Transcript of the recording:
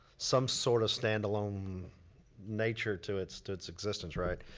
some sort of standalone nature to it's to it's existence right?